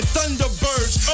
Thunderbirds